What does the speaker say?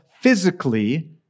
physically